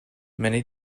many